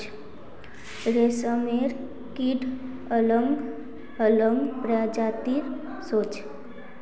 रेशमेर कीट अलग अलग प्रजातिर होचे